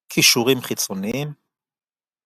קישורים חיצוניים